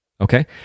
Okay